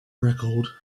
record